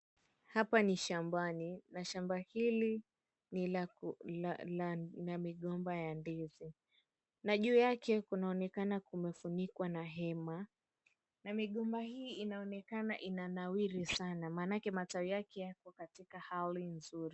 Hapa ni shambani na shamba hili ni la migomba ya ndizi. Na juu yake kunaonekana kumefunikwa na hema. Na migomba hii inaonekana inanawiri sana maanake matawi yake yako katika hali nzuri.